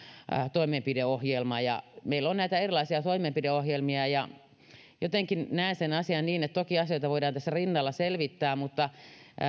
toimenpideohjelma meillä on näitä erilaisia toimenpideohjelmia jotenkin näen sen asian niin että toki asioita voidaan tässä rinnalla selvittää mutta